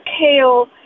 kale